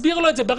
מה